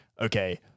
okay